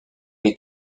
les